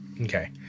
Okay